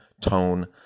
tone